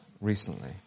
recently